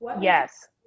yes